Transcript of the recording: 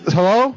Hello